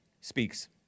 speaks